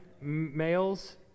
males